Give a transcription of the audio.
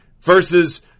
versus